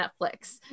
Netflix